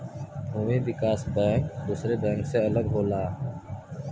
भूमि विकास बैंक दुसरे बैंक से अलग होला